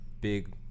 big